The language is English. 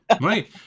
right